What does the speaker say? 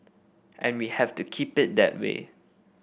and we have to keep it that way